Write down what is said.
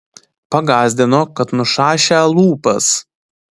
pagąsdino kad nušašią lūpas